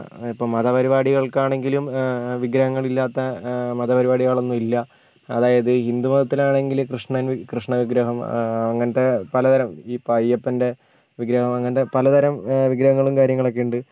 ഇപ്പ മതപരിപാടികൾക്ക് ആണെങ്കിലും വിഗ്രഹങ്ങൾ ഇല്ലാത്ത മതപരിപാടികൾ ഒന്നും ഇല്ല അതായത് ഹിന്ദു മതത്തിലാണെങ്കിൽ കൃഷ്ണൻ കൃഷ്ണ വിഗ്രഹം അങ്ങനത്തെ പലതരം ഇപ്പോൾ അയ്യപ്പൻ്റെ വിഗ്രഹം അങ്ങനത്തെ പലതരം വിഗ്രഹങ്ങളും കാര്യങ്ങളൊക്കെ ഉണ്ട്